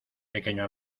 pequeño